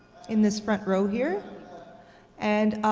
in this front row here and